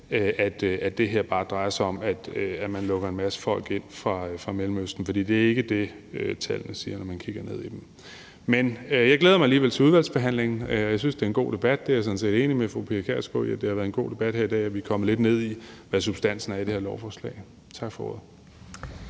at det her bare drejer sig om, at man lukker en masse folk ind fra Mellemøsten, for det er ikke det, tallene siger, når man kigger ned i dem. Men jeg glæder mig alligevel til udvalgsbehandlingen. Jeg synes, det en god debat; jeg er sådan set enig med fru Pia Kjærsgaard i, at det har været en god debat her i dag, og at vi er kommet lidt ned i, hvad substansen er i det her lovforslag. Tak for ordet.